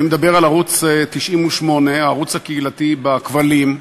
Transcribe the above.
אני מדבר על ערוץ 98, הערוץ הקהילתי בכבלים,